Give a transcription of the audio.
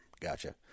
Gotcha